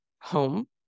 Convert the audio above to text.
home